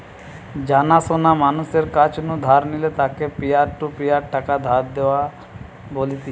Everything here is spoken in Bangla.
জানা শোনা মানুষের কাছ নু ধার নিলে তাকে পিয়ার টু পিয়ার টাকা ধার দেওয়া বলতিছে